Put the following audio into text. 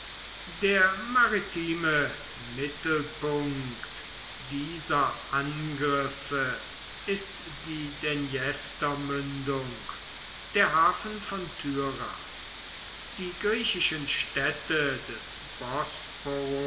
der maritime mittelpunkt dieser angriffe ist die dnjestrmündung der hafen von die griechischen städte des